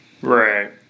Right